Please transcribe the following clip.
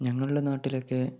ഞങ്ങളുടെ നാട്ടിലൊക്കെ